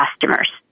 customers